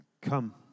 come